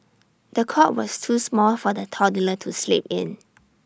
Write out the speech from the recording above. the cot was too small for the toddler to sleep in